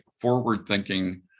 forward-thinking